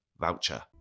voucher